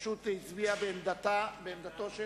הצביע מעמדתו של